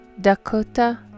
Dakota